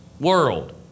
world